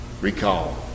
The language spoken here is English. recall